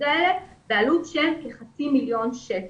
משהו כמו 117 אנשים בעלות של כחצי מיליון שקלים.